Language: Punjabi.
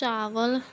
ਚਾਵਲ